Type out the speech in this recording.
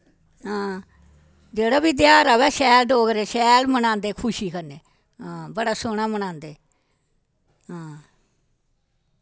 हां जेह्ड़ा बी तेहार आ'वै शैल डोगरे शैल मनांदे खुशी कन्नै हां बड़ा सोह्ना मनांदे हां